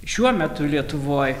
šiuo metu lietuvoj